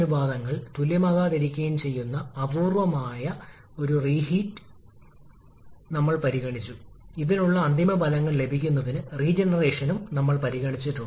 വാസ്തവത്തിൽ നമ്മൾക്ക് ചില കണക്കുകൂട്ടലുകൾ നടത്താൻ കഴിയുമെങ്കിൽ കാര്യക്ഷമത യഥാർത്ഥത്തിൽ കുറയുന്നുവെന്ന് കാണിക്കുന്നു എന്നിരുന്നാലും വർക്ക് അനുപാതം വർദ്ധിപ്പിക്കുന്ന വർക്ക് അനുപാതം കുറയുന്നു